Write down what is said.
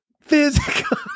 Physical